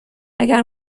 اگر